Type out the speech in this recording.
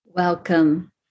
Welcome